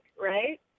right